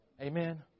Amen